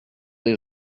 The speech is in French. des